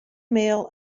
mail